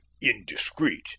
indiscreet